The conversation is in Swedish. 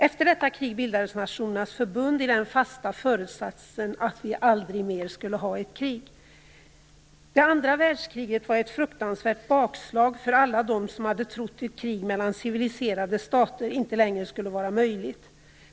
Efter detta krig bildades Nationernas förbund i den fasta föresatsen att vi aldrig mer skulle ha ett krig. Det andra världskriget var ett fruktansvärt bakslag för alla dem som hade trott att ett krig mellan civiliserade stater inte längre skulle vara möjligt.